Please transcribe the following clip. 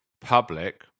public